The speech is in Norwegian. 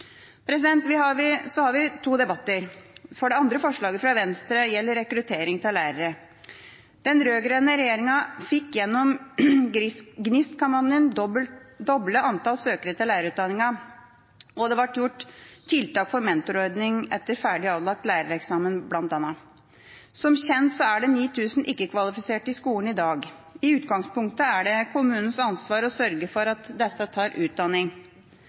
Vi har to debatter, for det andre forslaget fra Venstre gjelder rekruttering av lærere. Den rød-grønne regjeringa fikk gjennom GNIST-kampanjen doblet antall søkere til lærerutdanningen, og det ble gjort tiltak for mentorordning etter ferdig avlagt lærereksamen, bl.a. Som kjent er det 9 000 ikke-kvalifiserte i skolene i dag. I utgangspunktet er det kommunenes ansvar å sørge for at disse tar utdanning.